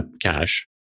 cash